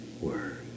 word